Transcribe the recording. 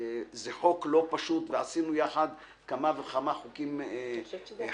זה חוק לא פשוט ועשינו יחד כמה וכמה חוקים חשובים.